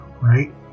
right